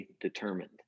determined